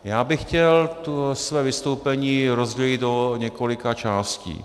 Já bych chtěl své vystoupení rozdělit do několika částí.